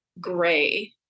gray